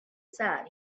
sat